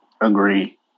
Agree